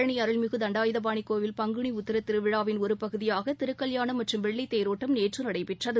பழனி அருள்மிகு தண்டாயுதபாணி கோயில் பங்குனி உத்திரத் திருவிழாவின் ஒரு பகுதியாக திருக்கல்யாணம் மற்றும் வெள்ளித் தேரோட்டம் நேற்று நடைபெற்றது